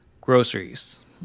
groceries